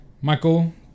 Michael